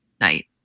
night